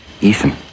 Ethan